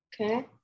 Okay